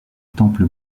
temple